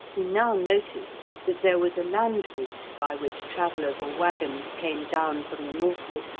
he now noticed that there was a land route by which travellers or waggons came down from the northward,